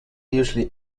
usually